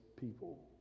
people